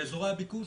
באזורי הביקוש